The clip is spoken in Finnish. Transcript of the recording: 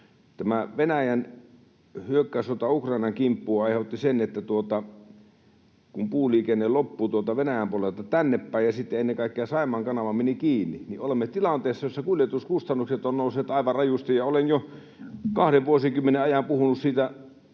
Tämä Venäjän hyökkäyssota Ukrainan kimppuun aiheutti sen, että kun puuliikenne loppui tuolta Venäjän puolelta tännepäin ja sitten ennen kaikkea Saimaan kanava meni kiinni, niin olemme tilanteessa, jossa kuljetuskustannukset ovat nousseet aivan rajusti. Olen jo kahden vuosikymmenen ajan puhunut siitä